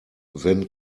wenn